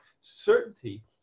certainty